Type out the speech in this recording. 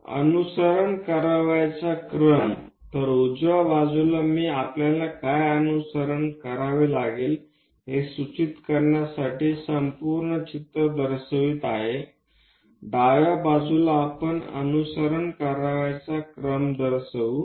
अनुसरण करावयाच्या क्रम तर उजव्या बाजूला मी आपल्याला काय अनुसरण करावे लागेल हे सूचित करण्यासाठी संपूर्ण चित्र दर्शवित आहे डाव्या बाजूला आपण अनुसरण करावयाच्या क्रम दर्शवू